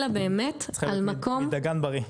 אלא באמת על מקום --- מדגן בריא.